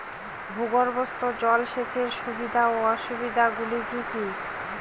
ভূগর্ভস্থ জল সেচের সুবিধা ও অসুবিধা গুলি কি কি?